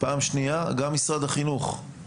פעם שנייה, גם משרד החינוך,